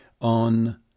on